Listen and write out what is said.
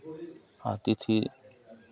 आती थी